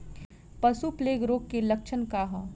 पशु प्लेग रोग के लक्षण का ह?